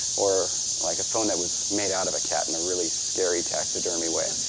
or like a phone that was made out of a cat in a really scary taxidermy way.